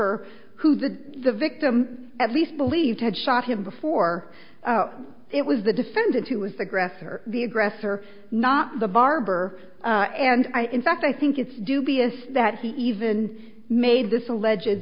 er who the victim at least believes had shot him before it was the defendant who was the grass or the aggressor not the barber and i in fact i think it's dubious that he even made this alleg